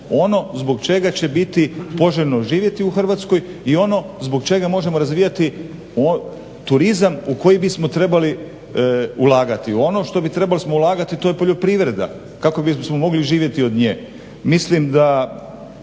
ono zbog čega će biti poželjno živjeti u Hrvatskoj i ono zbog čega možemo razvijati turizam u koji bismo trebali ulagati. Ono što bismo trebali ulagati to je poljoprivreda, kako bismo mogli živjeti od nje. Mislim da